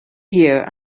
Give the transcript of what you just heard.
here